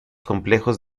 complejos